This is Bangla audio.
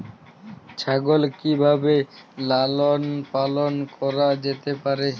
ছাগল কি ভাবে লালন পালন করা যেতে পারে?